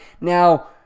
Now